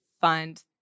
find